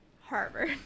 harvard